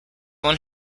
one